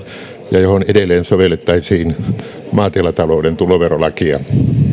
ja johon edelleen sovellettaisiin maatilatalouden tuloverolakia